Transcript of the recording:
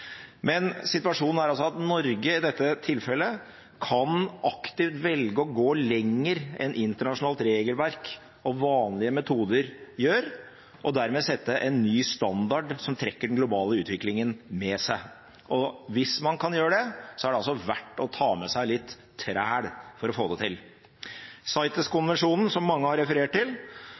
men situasjonen er at Norge i dette tilfellet aktivt kan velge å gå lenger enn internasjonalt regelverk og vanlige metoder gjør, og dermed sette en ny standard som trekker den globale utviklingen med seg. Hvis man kan gjøre det, er det verdt å ta med seg litt træl for å få det til. CITES-konvensjonen, som mange har referert til,